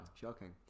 Shocking